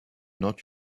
not